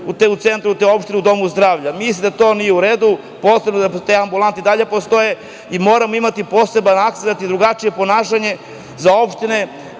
te opštine u domu zdravlja. Mislim da to nije u redu. Potrebno je da te ambulante i dalje postoje i moramo imati poseban akcenat i drugačije ponašanje za opštine